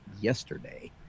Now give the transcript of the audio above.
yesterday